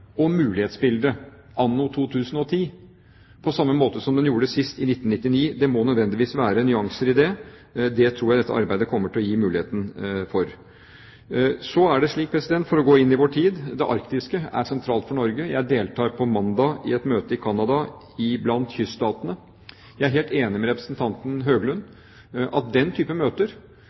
og mulighetsbildet anno 2010, på samme måte som man gjorde det sist, i 1999. Det må nødvendigvis være nyanser i det. Det tror jeg dette arbeidet kommer til å gi muligheten for. Så er det slik, for å gå inn i vår tid, at det arktiske er sentralt for Norge. Jeg deltar på mandag i et møte i Canada blant kyststatene. Jeg er helt enig med representanten Høglund i at den type møter